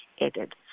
added